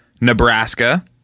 Nebraska